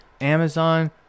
Amazon